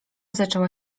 zaczęła